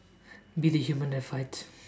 be the human that fights